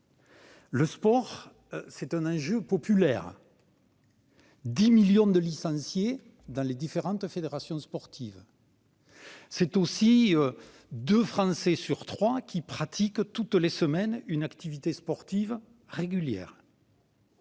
Le sport est encore un enjeu populaire : on compte 10 millions de licenciés dans les différentes fédérations sportives ; deux Français sur trois pratiquent toutes les semaines une activité sportive régulière.